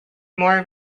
more